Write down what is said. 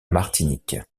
martinique